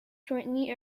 jointly